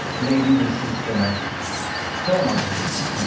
maybe this is the next film i wanna make.